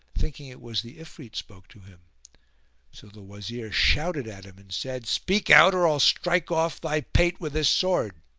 thinking it was the ifrit spoke to him so the wazir shouted at him and said, speak out, or i'll strike off thy pate with this sword.